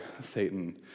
Satan